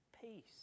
peace